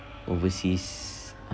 overseas